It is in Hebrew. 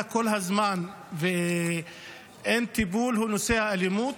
כל הזמן ואין טיפול הוא נושא האלימות,